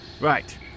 Right